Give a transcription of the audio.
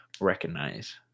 recognize